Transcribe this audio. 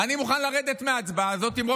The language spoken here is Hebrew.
אני מוכן לרדת מההצבעה הזאת אם אתה,